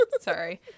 sorry